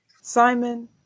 Simon